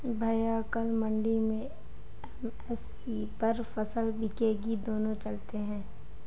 भैया कल मंडी में एम.एस.पी पर फसल बिकेगी दोनों चलते हैं